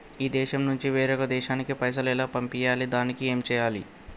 ఈ దేశం నుంచి వేరొక దేశానికి పైసలు ఎలా పంపియ్యాలి? దానికి ఏం చేయాలి?